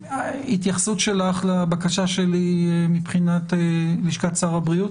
התייחסות שלך לבקשה שלי מבחינת לשכת שר הבריאות?